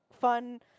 fun